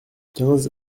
quinze